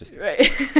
Right